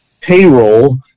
payroll